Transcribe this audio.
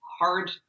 hard